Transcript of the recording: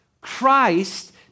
Christ